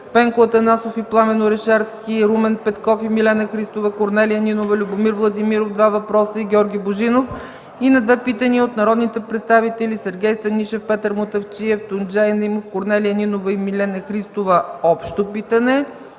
Пенко Атанасов и Пламен Орешарски, Румен Петков и Милена Христова, Корнелия Нинова, Любомир Владимиров – два въпроса, и Георги Божинов и на две питания от народните представители Сергей Станишев, Петър Мутафчиев, Тунджай Наимов, Корнелия Нинова и Милена Христова – общо питане,